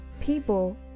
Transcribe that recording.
people